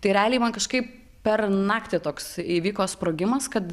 tai realiai man kažkaip per naktį toks įvyko sprogimas kad